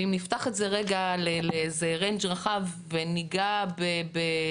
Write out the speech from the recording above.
ואם נפתח את זה רגע לאיזה מנעד רחב וניגע בשבריר